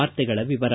ವಾರ್ತೆಗಳ ವಿವರ